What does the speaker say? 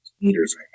meters